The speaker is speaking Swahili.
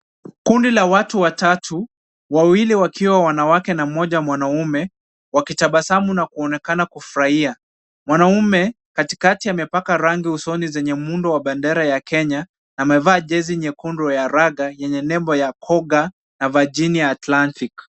Kundi la watu watatu, wawili wakiwa wanawake na mmoja mwanaume wakitabasamu na kuonekana kufurahia. Mwanaume katikati amepaka rangi usoni zenye muundo wa bendera ya kenya, amevaa jezi nyekundu ya raga yenye nembo ya koga na ya Virginia Atlantic.